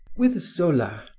with zola,